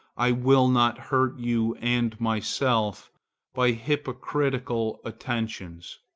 i will not hurt you and myself by hypocritical attentions.